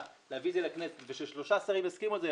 להביא את זה לכנסת וששלושה שרים יסכימו על זה,